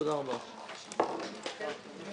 מי